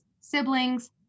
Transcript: siblings